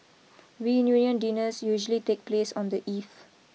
reunion dinners usually take place on the eve